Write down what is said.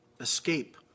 escape